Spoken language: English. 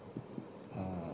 சரி விடு:sari vidu